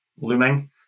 looming